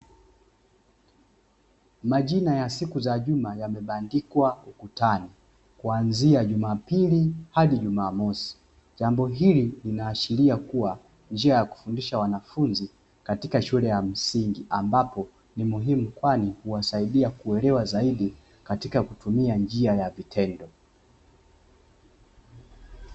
Majina ya siku za juma yamebandikwa ukutani kuanzia jumapili hadi jumamosi, jambo hili linaashiria kua njia ya kufundisha wanafunzi katika shule ya msingi, ambapo ni muhimu kwani huwasaidia kuelewa zaidi, katika kutumia njia ya vitendo.